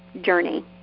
journey